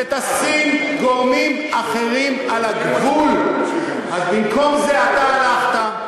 שתשים גורמים אחרים על הגבול אז במקום זה אתה הלכת,